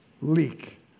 leak